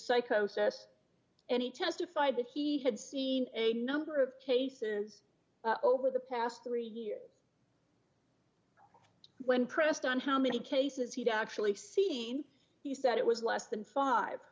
psychosis and he testified that he had seen a number of cases over the past three years when pressed on how many cases he'd actually seen he said it was less than five